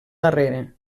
darrere